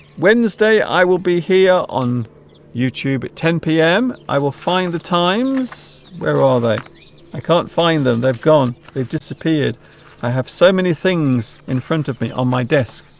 wednesday i will be here on youtube ten zero p m. i will find the times where are ah they i can't find them they've gone they've disappeared i have so many things in front of me on my desk